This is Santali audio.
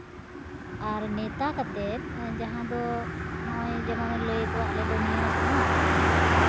ᱟᱨ ᱱᱮᱶᱛᱟ ᱠᱟᱛᱮᱫ ᱡᱟᱦᱟᱸ ᱫᱚ ᱱᱚᱜᱼᱚᱭ ᱡᱮᱢᱚᱱᱮ ᱞᱟᱹᱭ ᱟᱠᱚ ᱟᱞᱮᱫᱚ ᱱᱤᱭᱟᱹ ᱥᱚᱢᱚᱭ